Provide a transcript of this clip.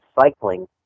cycling